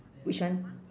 which one